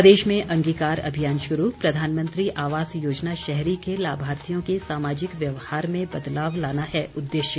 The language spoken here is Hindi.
प्रदेश में अंगीकार अभियान शुरू प्रधानमंत्री आवास योजना शहरी के लाभार्थियों के सामाजिक व्यवहार में बदलाव लाना है उद्देश्य